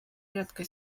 редко